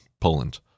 poland